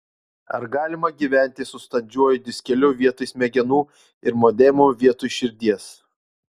ar galima gyventi su standžiuoju diskeliu vietoj smegenų ir modemu vietoj širdies